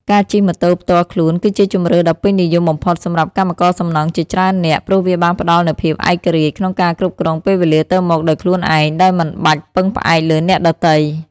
ការជិះម៉ូតូផ្ទាល់ខ្លួនគឺជាជម្រើសដ៏ពេញនិយមបំផុតសម្រាប់កម្មករសំណង់ជាច្រើននាក់ ព្រោះវាបានផ្តល់នូវភាពឯករាជ្យក្នុងការគ្រប់គ្រងពេលវេលាទៅមកដោយខ្លួនឯង ដោយមិនបាច់ពឹងផ្អែកលើអ្នកដទៃ។